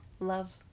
Love